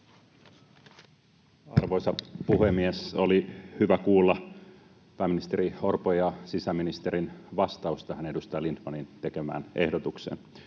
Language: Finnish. Arvoisa puhemies! Oli hyvä kuulla pääministeri Orpon ja sisäministerin vastaus tähän edustaja Lindtmanin tekemään ehdotukseen.